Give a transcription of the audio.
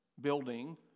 building